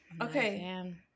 Okay